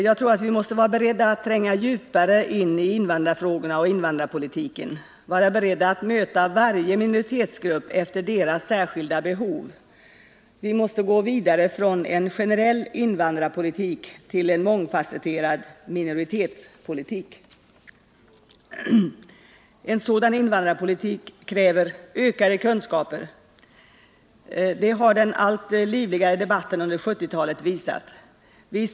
Jag tror att vi måste vara beredda att tränga djupare in i invandrarfrågorna och invandrarpolitiken, vara beredda att möta varje minoritetsgrupp efter deras särskilda behov. Vi måste gå vidare från en generell invandrarpolitik till en mångfasetterad minoritetspolitik. En sådan invandrarpolitik kräver ökade kunskaper. Det har den allt livligare debatten under 1970-talet visat.